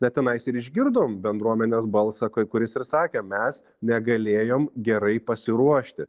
bet tenais ir išgirdom bendruomenės balsą kuris ir sakė mes negalėjom gerai pasiruošti